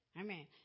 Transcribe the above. Amen